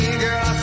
girl